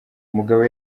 umugabo